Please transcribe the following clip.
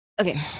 Okay